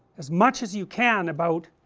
as much as you can about